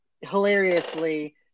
hilariously